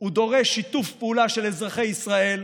הוא דורש שיתוף פעולה של אזרחי ישראל.